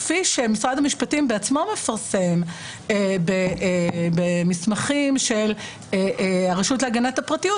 כפי שמשרד המשפטים בעצמו מפרסם במסמכים של הרשות להגנת הפרטיות,